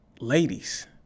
ladies